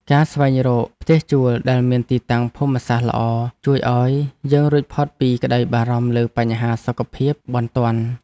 ការស្វែងរកផ្ទះជួលដែលមានទីតាំងភូមិសាស្ត្រល្អជួយឱ្យយើងរួចផុតពីក្តីបារម្ភលើបញ្ហាសុខភាពបន្ទាន់។